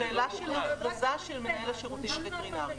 ההבדל הוא הצורך בהכרזה של מנהל השירותים הווטרינריים.